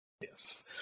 Yes